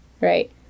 Right